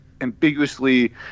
ambiguously